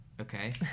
Okay